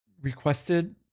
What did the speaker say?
requested